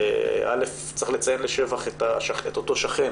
צריך לציין לשבח את אותו שכן